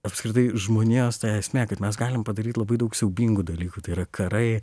apskritai žmonijos ta esmė kad mes galim padaryt labai daug siaubingų dalykų tai yra karai